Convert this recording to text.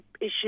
issue